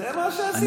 זה מה שעשיתם.